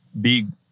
big